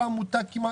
כל עמותה.